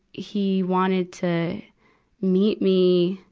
he wanted to meet me,